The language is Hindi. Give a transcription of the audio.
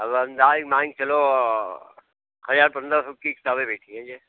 अब अंदाज़ा मान कर चलो हज़ार पंद्रह सौ की किताब बेच